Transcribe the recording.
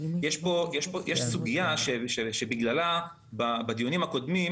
יש סוגיה שבגללה בדיונים הקודמים,